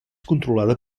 controlada